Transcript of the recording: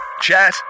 chat